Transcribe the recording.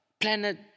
Planet